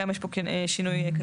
גם יש פה שינוי קטן.